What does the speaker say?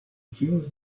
changed